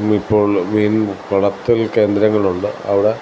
ഇന്ന് ഇപ്പോൾ മീൻ വളർത്തൽ കേന്ദ്രങ്ങളുണ്ട് അവിടെ